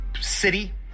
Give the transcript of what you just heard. city